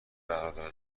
برادر